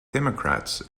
democrats